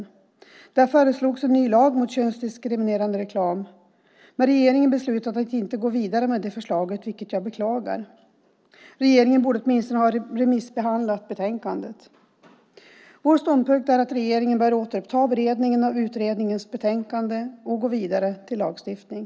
I betänkandet föreslogs en ny lag mot könsdiskriminerande reklam. Men regeringen beslutade att inte gå vidare med det förslaget, vilket jag beklagar. Regeringen borde åtminstone ha låtit remissbehandla betänkandet. Vår ståndpunkt är att regeringen bör återuppta beredningen av utredningens betänkande och gå vidare till lagstiftning.